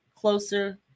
closer